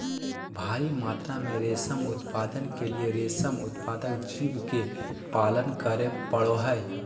भारी मात्रा में रेशम उत्पादन के लिए रेशम उत्पादक जीव के पालन करे पड़ो हइ